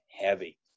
heavy